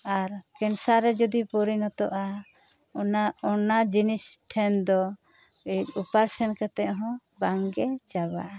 ᱟᱨ cancer ᱨᱮ ᱡᱩᱫᱤ ᱯᱚᱨᱤᱱᱚᱛᱚᱜᱼᱟ ᱚᱱᱟ ᱚᱱᱟ ᱡᱤᱱᱤᱥ ᱴᱷᱮᱱ ᱫᱚ ᱚᱯᱟᱨᱮᱥᱮᱱ ᱠᱟᱛᱮᱜ ᱦᱚᱸ ᱵᱟᱝᱜᱮ ᱪᱟᱵᱟᱜᱼᱟ